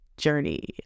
journey